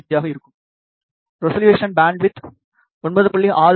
பியாக இருக்கும் resolution bandwidth 9